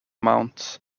mount